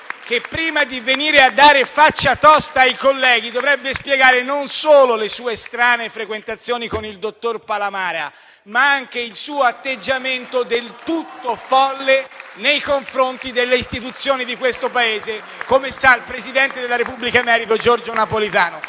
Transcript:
che, prima di venire a dare della faccia tosta ai colleghi, dovrebbe spiegare non solo le sue strane frequentazioni con il dottor Palamara, ma anche il suo atteggiamento del tutto folle nei confronti delle istituzioni di questo Paese, come sa il presidente emerito della Repubblica, Giorgio Napolitano.